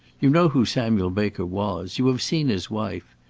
you know who samuel baker was. you have seen his wife.